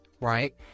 right